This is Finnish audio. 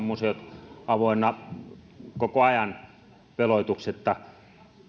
museot avoinna koko ajan veloituksetta